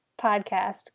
podcast